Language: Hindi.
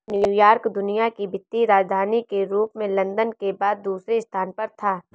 न्यूयॉर्क दुनिया की वित्तीय राजधानी के रूप में लंदन के बाद दूसरे स्थान पर था